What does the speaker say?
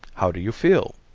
how do you feel?